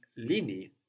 lini